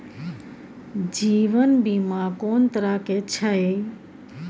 जीवन बीमा कोन तरह के छै?